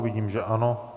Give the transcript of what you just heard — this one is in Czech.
Vidím, že ano.